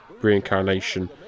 reincarnation